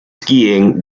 skiing